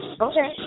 Okay